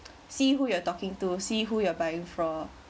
see who you're talking to see who you're buying from